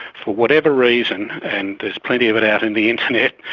for whatever reason, and there is plenty of it out in the internet,